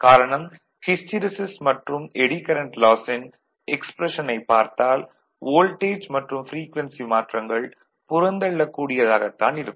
காரணம் ஹிஸ்டீரசிஸ் மற்றும் eddy current லாசஸின் எக்ஸ்ப்ரெஷனைப் பார்த்தால் வோல்டேஜ் மற்றும் ப்ரீக்வென்சி மாற்றங்கள் புறந்தள்ளக் கூடியதாகத் தான் இருக்கும்